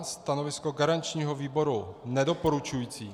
Stanovisko garančního výboru nedoporučující.